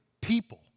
people